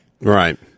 Right